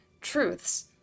truths